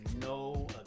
no